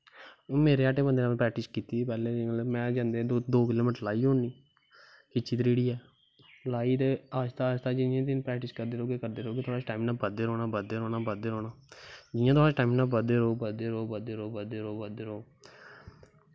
हून मेरे अट्टे बंदै प्रैकटिस कीती दी पैह्लें दी में जंदे मतलब दो किलो मीटर लाई होनी खिच्ची त्रिड़ियै लाई ते आस्ता आस्ता प्रैकटिस करदे रौह्गे करदे रौह्गे थुआढ़ा स्टैमना बधदे रौंह्ना बधदे रौंह्ना जि'यां थुआढ़ा स्टैैमना बधदा रौह्ग बधदा रौह्ग